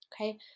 Okay